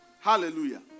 Hallelujah